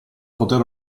poter